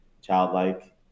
childlike